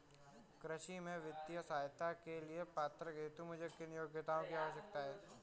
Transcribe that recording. कृषि में वित्तीय सहायता के लिए पात्रता हेतु मुझे किन योग्यताओं की आवश्यकता है?